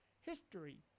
history